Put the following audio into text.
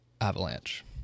Avalanche